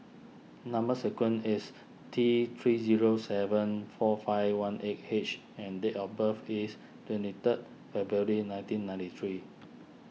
Number Sequence is T three zero seven four five one eight H and date of birth is twenty third February nineteen ninety three